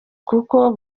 kuko